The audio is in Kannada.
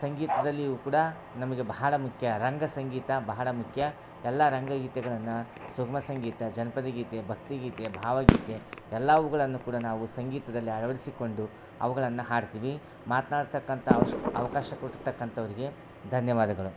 ಸಂಗೀತದಲ್ಲಿಯೂ ಕೂಡ ನಮಗೆ ಬಹಳ ಮುಖ್ಯ ರಂಗ ಸಂಗೀತ ಬಹಳ ಮುಖ್ಯ ಎಲ್ಲ ರಂಗ ಗೀತೆಗಳನ್ನು ಸುಗಮ ಸಂಗೀತ ಜನಪದ ಗೀತೆ ಭಕ್ತಿ ಗೀತೆ ಭಾವ ಗೀತೆ ಎಲ್ಲವುಗಳನ್ನು ಕೂಡ ನಾವು ಸಂಗೀತದಲ್ಲಿ ಆಳವಡಿಸಿಕೊಂಡು ಅವುಗಳನ್ನು ಹಾಡ್ತೀವಿ ಮಾತ್ನಾಡ್ತಾಕ್ಕಂಥ ಅವ ಅವಕಾಶ ಕೊಟ್ಟಿರ್ತಕ್ಕಂಥವರಿಗೆ ಧನ್ಯವಾದಗಳು